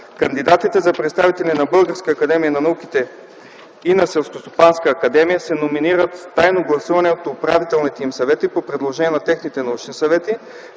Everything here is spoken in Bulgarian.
кандидатите за представители на Българската академия на науките и на Селскостопанската академия се номинират с тайно гласуване от управителните им съвети по предложение на техните научни съвети,